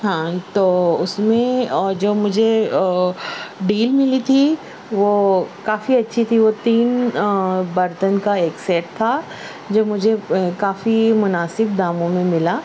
ہاں تو اس میں جو مجھے ڈیل ملی تھی وہ کافی اچھی تھی وہ تین برتن کا ایک سیٹ تھا جو مجھے کافی مناسب داموں میں ملا